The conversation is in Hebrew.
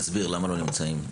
תסביר למה הם לא נמצאים.